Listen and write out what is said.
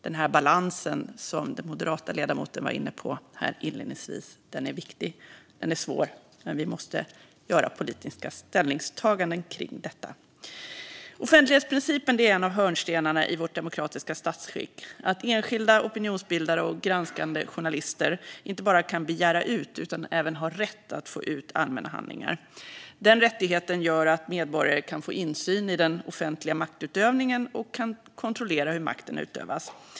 Denna balans är, som den moderata ledamoten inledningsvis var inne på, viktig och svår, och vi måste göra politiska ställningstaganden kring detta. Offentlighetsprincipen är en av hörnstenarna i vårt demokratiska statsskick - att enskilda, opinionsbildare och granskande journalister inte bara kan begära ut utan även har rätt att få ut allmänna handlingar. Den rättigheten gör att medborgare kan få insyn i den offentliga maktutövningen och kan kontrollera hur makten utövas.